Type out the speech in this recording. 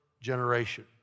generation